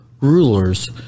rulers